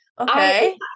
Okay